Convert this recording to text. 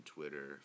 Twitter